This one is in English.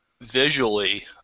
visually